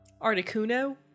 Articuno